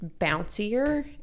bouncier